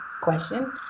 question